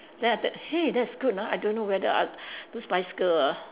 then after that hey that's good lah I don't know whether uh those bicycle lah